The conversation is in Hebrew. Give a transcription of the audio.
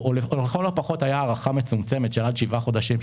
או לכל הפחות הייתה הארכה מצומצמת עד שבעה חודשים,